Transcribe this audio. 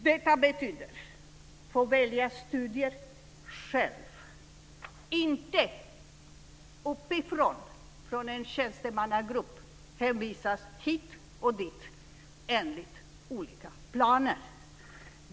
Detta betyder att få välja studier själv, inte att uppifrån, av en tjänstemannagrupp, hänvisas hit och dit enligt olika planer.